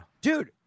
Dude